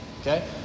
okay